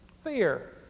Fear